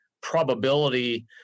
probability